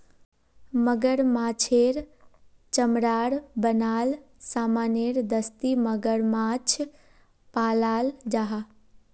मगरमाछेर चमरार बनाल सामानेर दस्ती मगरमाछ पालाल जाहा